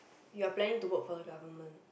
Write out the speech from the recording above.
you are planning to work for the government